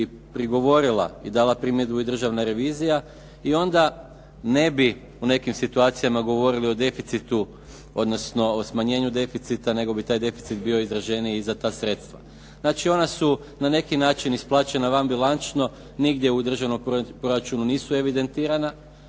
prigovorila i dala primjedbu i Državna revizija i onda ne bi u nekim situacijama govorili o deficitu odnosno o smanjenju deficita nego bi taj deficit bio izraženiji i za ta sredstva. Znači, ona su na neki način isplaćena vanbilančno. Nigdje u Državnom proračunu nisu evidentirana